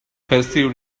perceived